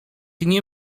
nie